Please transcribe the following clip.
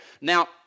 Now